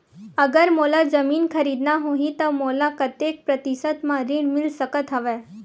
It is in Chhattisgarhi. अगर मोला जमीन खरीदना होही त मोला कतेक प्रतिशत म ऋण मिल सकत हवय?